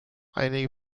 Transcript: einige